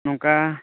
ᱱᱚᱝᱠᱟ